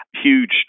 huge